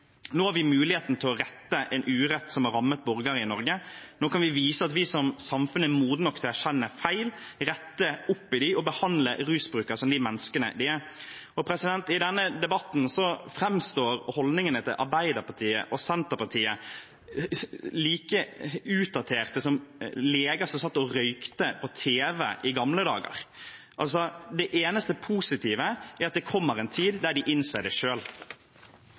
Nå har vi muligheten til å rette en urett som har rammet borgere i Norge. Nå kan vi vise at vi som samfunn er modne nok til å erkjenne feil, rette opp i dem og behandle rusbrukere som de menneskene de er. I denne debatten framstår holdningene til Arbeiderpartiet og Senterpartiet som like utdaterte som leger som satt og røykte på tv i gamle dager. Det eneste positive er at det kommer en tid da de vil innse det